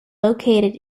located